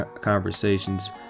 conversations